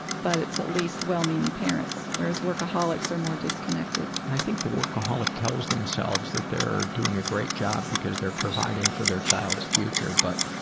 but it's at least well-meaning parents, whereas workaholics are more disconnected. and i think the workaholic tells themselves that they're doing a great job because they're providing for their child's future, but